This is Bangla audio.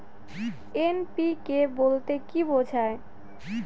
এন.পি.কে বলতে কী বোঝায়?